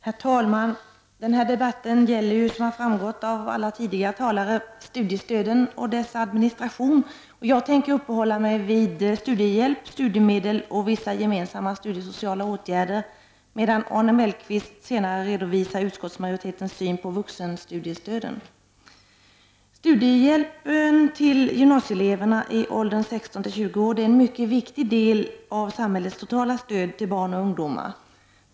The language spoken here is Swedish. Herr talman! Den här debatten gäller, som framgått av tidigare talare, studiestöden och dess administration. Jag tänker uppehålla mig vid studiehjälp, studiemedel och vissa gemensamma studiesociala åtgärder, medan Arne Mellqvist senare redovisar utskottsmajoritetens syn på vuxenstudiestöden. Studiehjälpen till gymnasieelever i åldern 16—20 år är en mycket viktig del av samhällets totala stöd till barn och ungdomar.